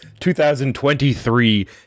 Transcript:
2023